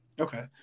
Okay